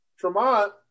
Tremont